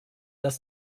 dass